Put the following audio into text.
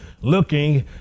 looking